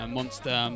Monster